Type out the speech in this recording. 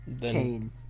Cain